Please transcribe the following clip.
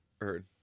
heard